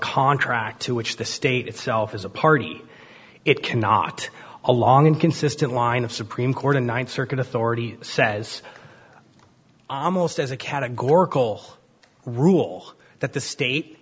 contract to which the state itself is a party it cannot along inconsistent line of supreme court and ninth circuit authority says almost as a categorical rule that the state